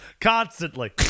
constantly